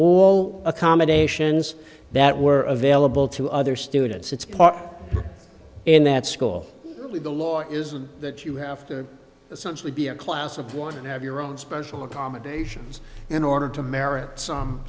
wall accommodations that were available to other students its parts in that school the law is that you have to essentially be a class of one and have your own special accommodations in order to